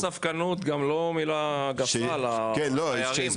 המילה ספקנות היא לא מילה גסה לדיירים,